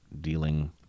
dealing